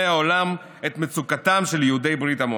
העולם את מצוקתם של יהודי ברית המועצות.